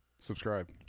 subscribe